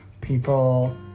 people